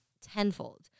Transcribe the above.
tenfold